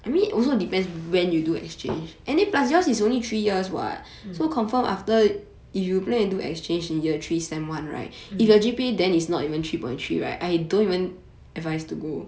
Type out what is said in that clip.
mm mm